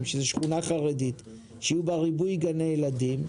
שזו שכונה חרדית שיהיו בה ריבוי גני ילדים,